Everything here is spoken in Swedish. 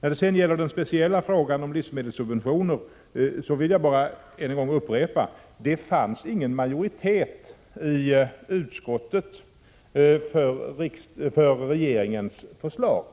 När det gäller den speciella frågan om livsmedelssubventioner vill jag bara upprepa att det inte fanns någon majoritet i utskottet för regeringens förslag.